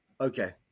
Okay